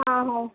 ହଁ ହଁ